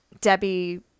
Debbie